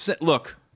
look